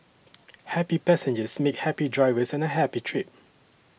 happy passengers make happy drivers and a happy trip